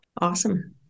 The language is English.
Awesome